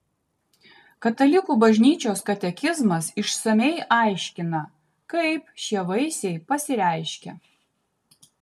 katalikų bažnyčios katekizmas išsamiai aiškina kaip šie vaisiai pasireiškia